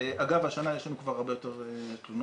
אגב השנה יש לנו כבר הרבה יותר תלונות,